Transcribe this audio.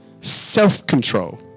self-control